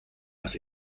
was